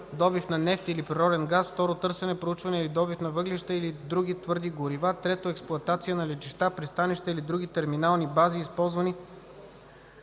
добив на нефт или природен газ; 2. търсене, проучване или добив на въглища или други твърди горива; 3. експлоатация на летища, пристанища или други терминални бази, използвани